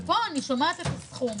פה אני שומעת סכום.